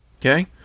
Okay